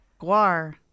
Guar